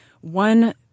One